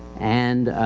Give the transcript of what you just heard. and,